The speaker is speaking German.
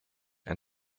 ein